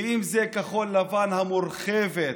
אם זה כחול לבן המורחבת,